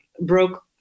broke